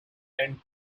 and